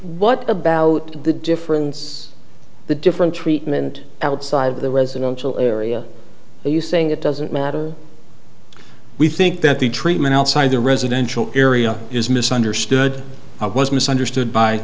what about the difference in the different treatment outside of the residential area are you saying it doesn't matter we think that the treatment outside the residential area is misunderstood was misunderstood by